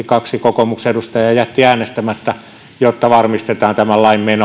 kaksi kokoomuksen edustajaa jätti äänestämättä kokoomuksen ryhmäpäätöksen mukaisesti jotta varmistetaan tämän lain